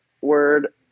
word